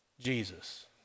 Jesus